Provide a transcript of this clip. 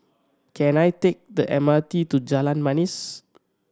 can I take the M R T to Jalan Manis